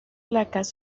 placas